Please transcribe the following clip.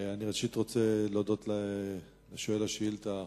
ראשית אני רוצה להודות לשואל השאילתא,